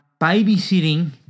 Babysitting